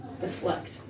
Deflect